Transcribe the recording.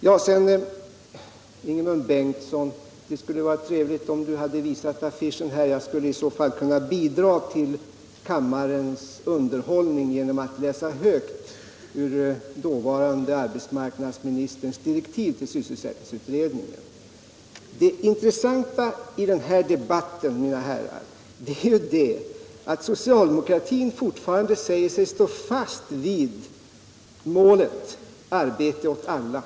Det hade varit trevligt om Ingemund Bengtsson hade visat affischen här. Jag hade i så fall kunnat bidra till kammarens underhållning genom att läsa något ur dåvarande arbetsmarknadsministerns direktiv till sysselsättningsutredningen. Det intressanta i denna debatt, mina herrar, är att socialdemokratin fortfarande säger sig stå fast vid målet arbete åt alla.